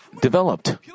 developed